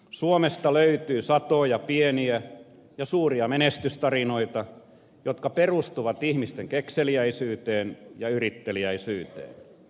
suomesta löytyy satoja pieniä ja suuria menestystarinoita jotka perustuvat ihmisten kekseliäisyyteen ja yritteliäisyyteen